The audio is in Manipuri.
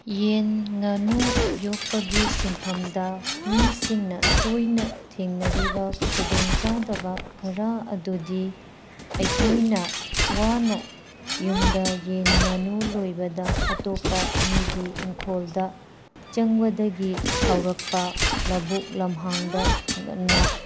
ꯌꯦꯟ ꯉꯥꯅꯨ ꯌꯣꯛꯄꯒꯤ ꯁꯤꯟꯐꯝꯗ ꯃꯤꯁꯤꯡꯅ ꯇꯣꯏꯅ ꯊꯦꯡꯅꯔꯤꯕ ꯈꯨꯗꯣꯡ ꯆꯥꯗꯕ ꯈꯔ ꯑꯗꯨꯗꯤ ꯑꯩꯈꯣꯏꯅ ꯋꯥꯅ ꯌꯨꯝꯗ ꯌꯦꯟ ꯉꯥꯅꯨ ꯂꯣꯏꯕꯗ ꯑꯇꯣꯞꯄ ꯃꯤꯒꯤ ꯏꯪꯈꯣꯜꯗ ꯆꯪꯕꯗꯒꯤ ꯁꯥꯎꯔꯛꯄ ꯂꯧꯕꯨꯛ ꯂꯝꯍꯥꯡꯗ ꯉꯟꯅ